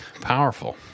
powerful